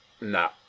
Nah